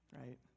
right